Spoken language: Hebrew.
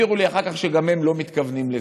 הבהירו לי אחר כך שגם הם לא מתכוונים לזה,